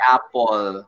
Apple